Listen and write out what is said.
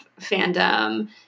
fandom